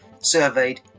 Surveyed